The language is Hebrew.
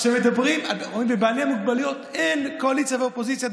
בבעלי מוגבלויות אין קואליציה ואופוזיציה,